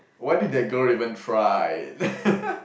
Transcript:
why did that girl even try